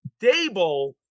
Dable